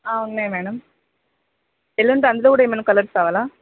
ఉన్నాయి మేడమ్ అందులో కూడా ఏమైనా కలర్స్ కావాలా